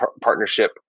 partnership